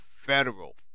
federal